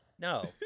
No